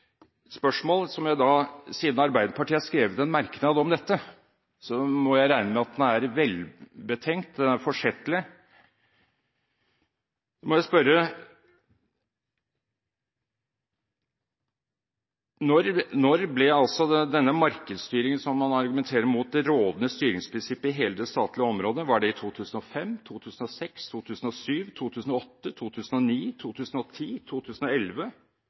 Siden Arbeiderpartiet har skrevet en merknad om dette, må jeg regne med at den er gjennomtenkt og forsettlig, og da må jeg spørre: Når ble denne markedsstyringen, som man argumenterer imot, det rådende styringsprinsippet i hele det statlige området? Var det i 2005, 2006, 2007, 2008, 2009, 2010, 2011,